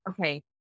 okay